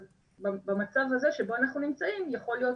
אז במצב הזה שבו אנחנו נמצאים יכול להיות